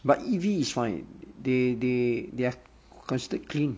but E_V is fine they they they are considered clean